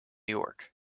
york